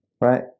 right